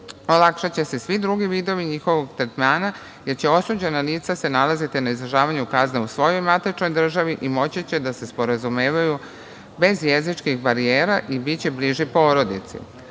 olakšaće se svi drugi vidovi njihovog tretmana, jer će osuđena lica se nalaziti na izdržavanju kazne u svojoj matičnoj državi i moći će da se sporazumevaju bez jezičkih barijera i biće bliži porodici. Ugovorom